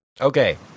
Okay